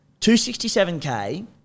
267k